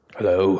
Hello